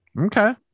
Okay